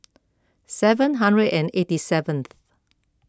seven hundred and eighty seventh